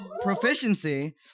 proficiency